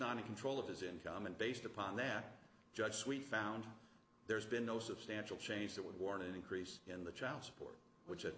not in control of his income and based upon that judge suite found there's been no substantial change that would warrant an increase in the child support which